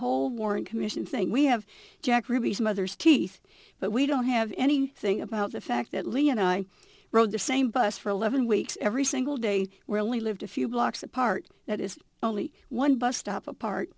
whole warren commission thing we have jack ruby's mothers teeth but we don't have any thing about the fact that lee and i rode the same bus for eleven weeks every single day where we lived a few blocks apart that is only one bus stop apart